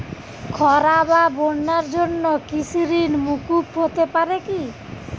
খরা বা বন্যার জন্য কৃষিঋণ মূকুপ হতে পারে কি?